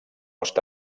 està